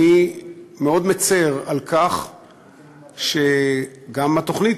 אני מאוד מצר על כך שגם התוכנית,